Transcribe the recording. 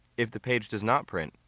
if the page does not print,